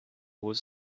was